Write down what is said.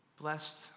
blessed